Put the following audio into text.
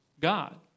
God